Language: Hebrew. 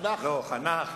לא "חינך".